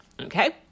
okay